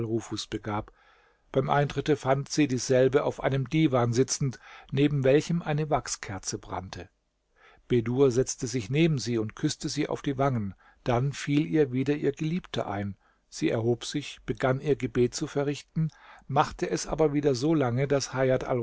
nufus begab beim eintritte fand sie dieselbe auf einem divan sitzend neben welchem eine wachskerze brannte bedur setzte sich neben sie und küßte sie auf die wangen dann fiel ihr wieder ihr geliebter ein sie erhob sich begann ihr gebet zu verrichten machte es aber wieder so lange daß